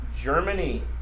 Germany